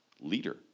leader